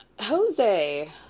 Jose